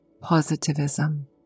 positivism